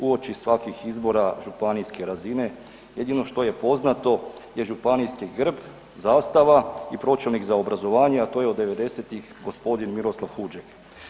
Uoči svakih izbora županijske razine, jedino je što je poznato je županijski grb, zastava i pročelnik za obrazovanje a to je od 90-ih g. Miroslav Huđer.